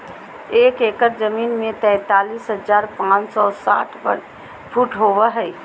एक एकड़ जमीन में तैंतालीस हजार पांच सौ साठ वर्ग फुट होबो हइ